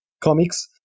Comics